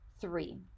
Three